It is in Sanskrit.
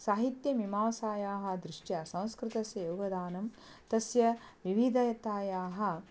साहित्यमीमांसायाः दृष्ट्या संस्कृतस्य योगदानं तस्य विविधतायाः